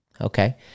Okay